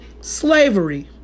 slavery